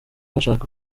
bashaka